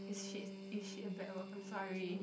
is shit is shit a bad word I'm sorry